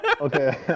Okay